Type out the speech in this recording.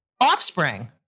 offspring